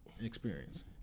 experience